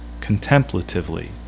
contemplatively